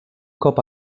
cop